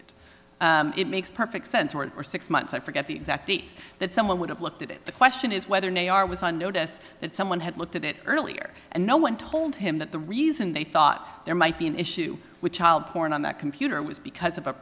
executed it makes perfect sense we're six months i forget the exact date that someone would have looked at it the question is whether nayyar was on notice that someone had looked at it earlier and no one told him that the reason they thought there might be an issue with child porn on that computer was because of